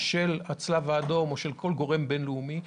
של הצלב האדום או של כל גורם בין-לאומי,